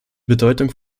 bedeutung